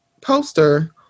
poster